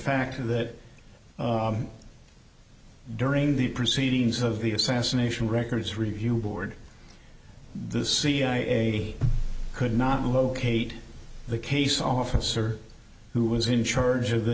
fact that during the proceedings of the assassination records review board the cia could not locate the case officer who was in charge of the